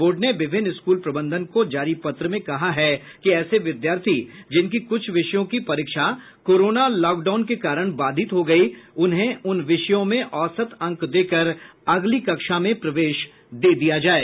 board ने विभिन्न school प्रबंधन को जारी पत्र में कहा है कि ऐसे विद्यार्थी जिनकी कुछ विषयों की परीक्षा कोरोना लॉकडाउन के कारण बाधित हो गयी उन्हें उन विषयों में औसत अंक देकर अगली कक्षा में प्रवेश दे दिया जाये